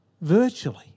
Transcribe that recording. virtually